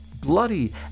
bloody